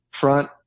front